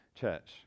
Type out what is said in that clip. church